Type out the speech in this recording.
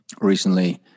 recently